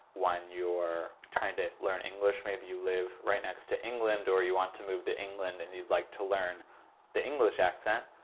when you're trying to learn english, maybe you live right next to england or you want to move to england and you'd like to learn the english accent,